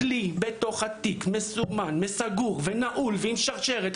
הכלי בתוך התיק מסומן וסגור ונעול ועם שרשרת,